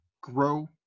grow